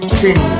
king